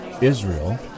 Israel